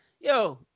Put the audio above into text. yo